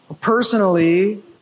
personally